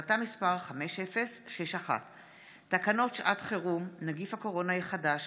מאת חבר הכנסת עודד פורר וקבוצת חברי הכנסת,